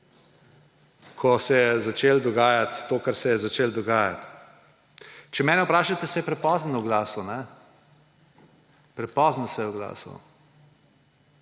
ko se je začelo dogajati to, kar se je začelo dogajati. Če mene vprašate, se je prepozno oglasil. Prepozno se je oglasil.